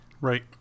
Right